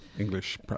English